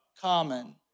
common